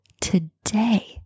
today